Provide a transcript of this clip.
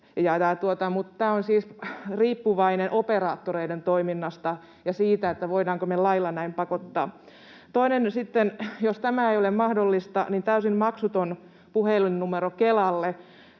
tämä on siis riippuvainen operaattoreiden toiminnasta ja siitä, voidaanko me lailla näin pakottaa. Toinen sitten, jos tämä ei ole mahdollista, on täysin maksuton puhelinnumero Kelalle.